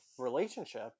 Relationship